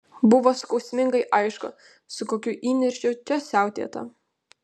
buvo skausmingai aišku su kokiu įniršiu čia siautėta